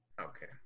Okay